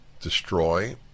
destroy